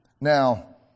Now